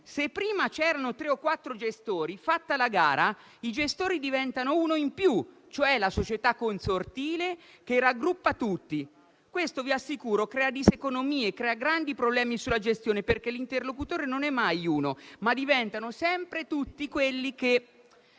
Se prima c'erano tre o quattro gestori, fatta la gara, i gestori diventano uno in più, cioè la società consortile che ha raggruppato tutti. Questo, vi assicuro, crea diseconomie, crea grandi problemi sulla gestione perché l'interlocutore non è mai uno, ma diventano sempre tutti quelli che...».